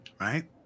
right